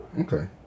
Okay